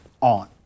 on